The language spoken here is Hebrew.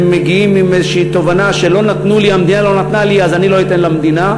ומגיעים עם תובנה שהמדינה לא נתנה לי אז אני לא אתן למדינה.